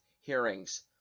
hearings